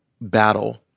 battle